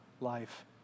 life